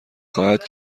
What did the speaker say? خواهد